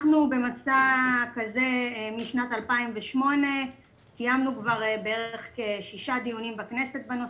אנחנו במצע כזה משנת 2008. סיימנו כבר בערך כשישה דיונים בכנסת בנושא.